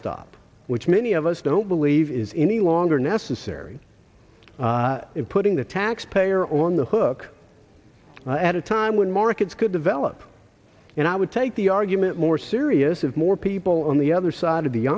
backstop which many of us don't believe is any longer necessary in putting the taxpayer on the hook at a time when markets could develop and i would take the argument more serious if more people on the other side of the